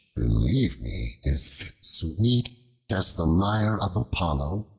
believe me, is sweet as the lyre of apollo,